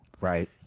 right